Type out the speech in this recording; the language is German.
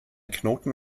knoten